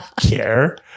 care